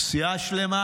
סיעה שלמה,